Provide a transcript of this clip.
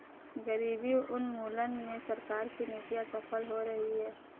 गरीबी उन्मूलन में सरकार की नीतियां सफल हो रही हैं